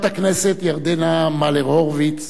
למזכירת הכנסת ירדנה מלר-הורוביץ,